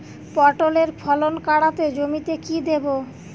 পটলের ফলন কাড়াতে জমিতে কি দেবো?